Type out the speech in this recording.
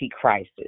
crisis